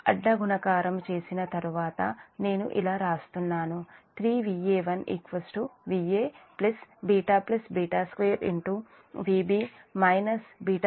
అడ్డ గుణకారం చేసిన తర్వాత నేను ఇలా రాస్తున్నాను 3Va1 Va β β2 Vb β2Zf Ib